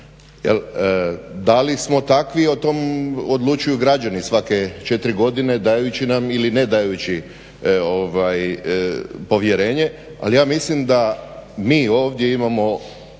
Da li smo takvi o tom odlučuju građani svake 4 godine dajući nam ili ne dajući nam povjerenje. Ali ja mislim da mi ovdje imamo